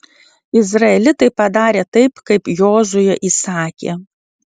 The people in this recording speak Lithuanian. izraelitai padarė taip kaip jozuė įsakė